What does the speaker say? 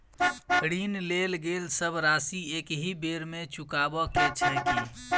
ऋण लेल गेल सब राशि एकहि बेर मे चुकाबऽ केँ छै की?